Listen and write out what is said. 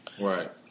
Right